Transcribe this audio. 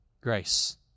grace